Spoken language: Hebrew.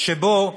שבו,